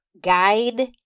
guide